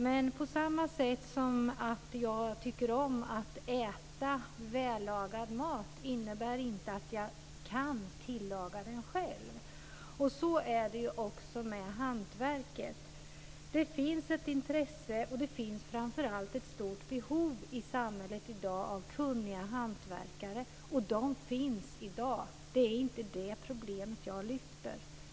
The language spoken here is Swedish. Men att jag tycker om att äta vällagad mat innebär inte att jag kan tillaga den. På samma sätt är det med hantverket. Det finns ett intresse, och det finns framför allt ett stort behov i samhället av kunniga hantverkare. De finns i dag. Det är inte det problemet jag lyfter.